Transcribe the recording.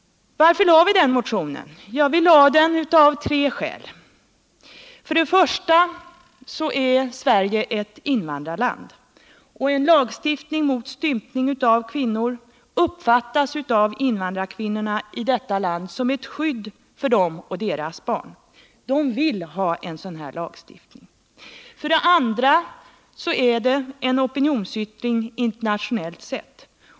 Varför väckte vi den motionen? Vi väckte den av tre skäl: För det första är Sverige ett invandrarland, och en lagstiftning mot stympning av kvinnor uppfattas av invandrarkvinnorna i Sverige som ett skydd för dem och deras barn. De vill ha en sådan här lagstiftning. För det andra är det en opinionsyttring internationellt sett.